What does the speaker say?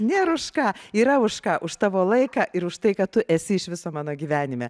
nėr už ką yra už ką už savo laiką ir už tai kad tu esi iš viso mano gyvenime